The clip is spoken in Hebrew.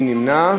מי נמנע?